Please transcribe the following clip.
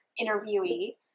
interviewee